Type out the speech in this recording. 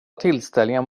tillställningar